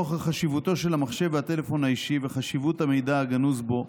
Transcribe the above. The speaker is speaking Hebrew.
נוכח חשיבותו של המחשב והטלפון האישי וחשיבות המידע הגנוז בו,